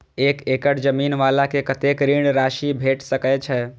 एक एकड़ जमीन वाला के कतेक ऋण राशि भेट सकै छै?